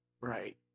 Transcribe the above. Right